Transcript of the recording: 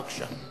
בבקשה.